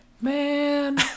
man